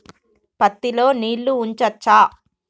పత్తి లో నీళ్లు ఉంచచ్చా?